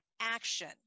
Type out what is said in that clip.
action